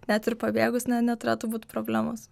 net ir pabėgus ne neturėtų būt problemos